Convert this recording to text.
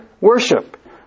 worship